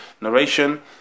narration